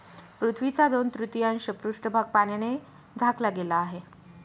पृथ्वीचा दोन तृतीयांश पृष्ठभाग पाण्याने झाकला गेला आहे